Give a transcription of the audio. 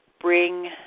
bring